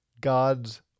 God's